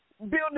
building